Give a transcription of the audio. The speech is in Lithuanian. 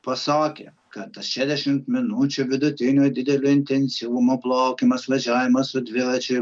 pasakė kad tas šešiasdešimt minučių vidutinio didelio intensyvumo plaukymas važiavimas su dviračiu